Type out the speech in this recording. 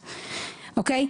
אוקיי?